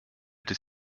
des